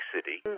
City